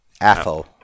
AFO